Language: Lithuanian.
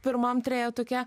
pirmam trejetuke